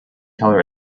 colour